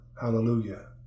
Hallelujah